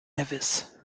nevis